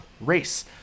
race